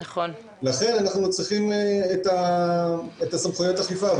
לכן אנחנו צריכים את סמכויות ה אכיפה,